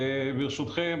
ברשותכם,